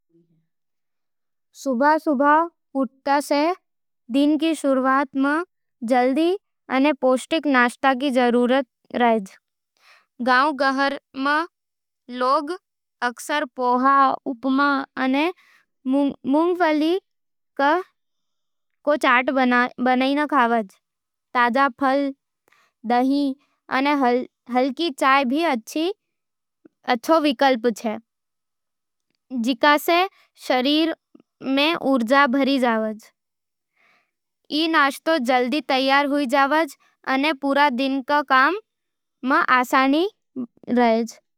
सुभा-सुभा उठते ही, दिन की शुरुवात में जल्दी अने पौष्टिक नाश्तो जरूरी है। गांव-गहंर में लोग अकसर पोहा, उपमा, अने मूंगफली के चाट बनावै है। ताजा फल, दही अने हल्की चाय भी अच्छे विकल्प है, जिणसे शरीर में ऊर्जा भर जावज। ई नाश्तो जल्दी तैयार हो जावे है, अने पूरे दिन रा काम मँ आसानी मिल जावज। सही नाश्तो लेणसें शरीर मजबूत रहे, मन तरोताजा हो जावज, अने दिन भर आसानी रेज़।